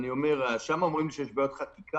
אנשים למעגל העבודה,